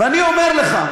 ואני אומר לך: